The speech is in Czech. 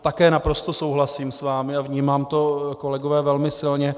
Také naprosto souhlasím s vámi a vnímám to kolegové velmi silně.